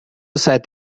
seid